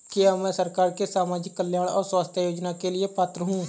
क्या मैं सरकार के सामाजिक कल्याण और स्वास्थ्य योजना के लिए पात्र हूं?